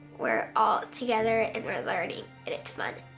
we're all together and we're learning and it's fun.